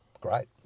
great